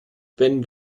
ben